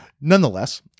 Nonetheless